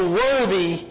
worthy